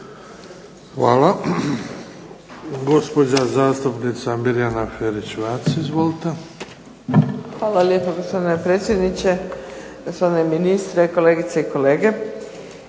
Hvala. Gospođa zastupnica Mirjana Ferić-Vac. Izvolite. **Ferić-Vac, Mirjana (SDP)** Hvala lijepo gospodine predsjedniče. Gospodine ministre kolegice i kolege.